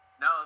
No